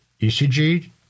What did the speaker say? ECG